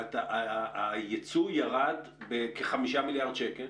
היצוא ירד בכ-5 מיליארד שקלים.